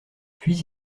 puis